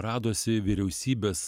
radosi vyriausybės